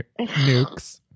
nukes